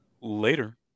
Later